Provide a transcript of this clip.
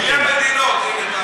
מי המדינות?